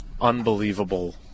unbelievable